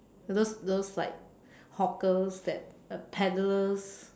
those those like hawkers that are peddlers